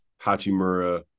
Hachimura